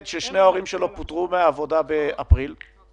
ששני ההורים שלו פוטרו מהעבודה באפריל או